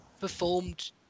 performed